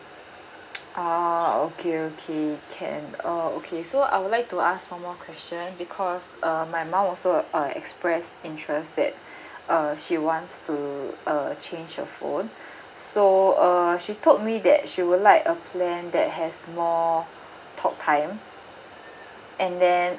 uh okay okay can oh okay so I would like to ask one more question because uh my mum also uh express interest that uh she wants to uh change her phone so uh she told me that she would like a plan that has more talk time and then